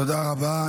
תודה רבה.